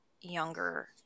younger